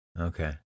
Okay